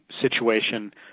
situation